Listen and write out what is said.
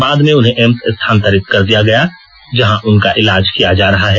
बाद में उन्हें एम्स स्थानांतरित कर दिया गया जहां उनका ईलाज किया जा रहा है